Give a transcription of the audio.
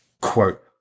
quote